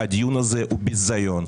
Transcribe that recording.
הדיון הזה הוא ביזיון,